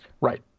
right